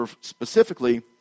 specifically